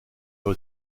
dans